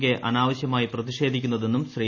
K അനാവശ്യമായി പ്രതിഷേധിക്കുന്നതെന്നുപ്പശ്ചീ